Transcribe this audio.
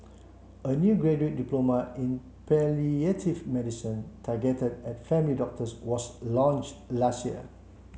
a new graduate diploma in palliative medicine targeted at family doctors was launch last year